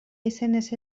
izenez